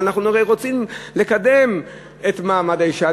אנחנו הרי רוצים לקדם את מעמד האישה.